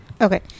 Okay